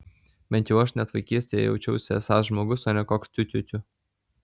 bent jau aš net vaikystėje jaučiausi esąs žmogus o ne koks tiu tiu tiu